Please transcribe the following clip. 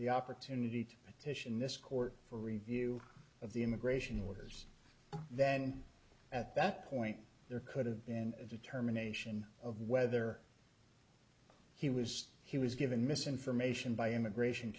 the opportunity to petition this court for review of the immigration orders then at that point there could have been a determination of whether he was he was given misinformation by immigration